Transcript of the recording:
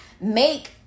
make